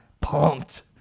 pumped